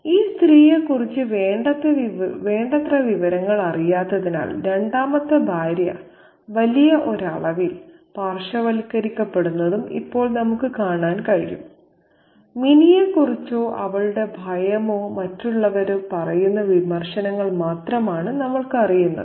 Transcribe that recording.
ഈ സ്ത്രീയെക്കുറിച്ച് വേണ്ടത്ര വിവരങ്ങൾ അറിയാത്തതിനാൽ രണ്ടാമത്തെ ഭാര്യ വലിയൊരളവിൽ പാർശ്വവൽക്കരിക്കപ്പെടുന്നതും ഇപ്പോൾ നമുക്ക് കാണാൻ കഴിയും മിനിയെക്കുറിച്ചോ അവളുടെ ഭയമോ മറ്റുള്ളവരോ പറയുന്ന വിമർശനങ്ങൾ മാത്രമാണ് നമുക്ക് അറിയുന്നത്